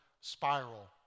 spiral